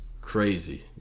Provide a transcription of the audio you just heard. crazy